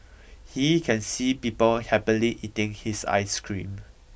he can see people happily eating his ice cream